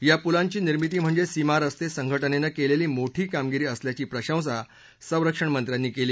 या पुलांची निर्मिती म्हणजे सीमा स्स्ते संघटनेनं केलेली मोठी कामगिरी असल्याची प्रशंसा संरक्षणमंत्र्यांनी केली